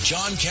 John